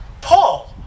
Paul